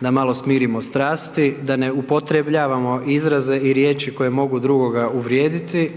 da malo smirimo strasti da ne upotrebljavamo izraze i riječi koji mogu drugoga uvrijediti